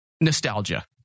nostalgia